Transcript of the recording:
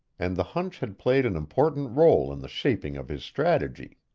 and the hunch had played an important role in the shaping of his strategy.